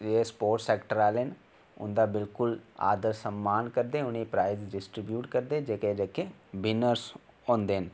sports sector आहले ना उंदा बिल्कुल आदर समान करदे उ'नें गी प्राइज डिस्टरीब्यूट करदे जेह्के बिनरस होंदे